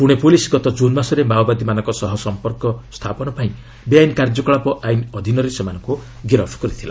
Pune police ଗତ June ମାସରେ ମାଓବାଦୀମାନଙ୍କ ସହ ସମ୍ପର୍କ ପାଇଁ ବେଆଇନ କାର୍ଯ୍ୟକଳାପ ଆଇନ ଅଧୀନରେ ସେମାନଙ୍କୁ ଗିରଫ କରିଥିଲା